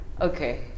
Okay